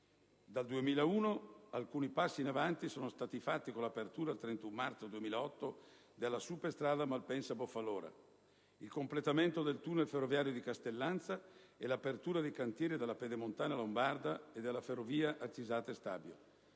Dal 2001, alcuni passi in avanti sono stati fatti con l'apertura il 31 marzo 2008 della superstrada Malpensa-Boffalora, il completamento del tunnel ferroviario di Castellanza e l'apertura dei cantieri della Pedemontana lombarda e della ferrovia Arcisate-Stabio;